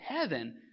heaven